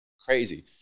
crazy